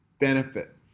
benefit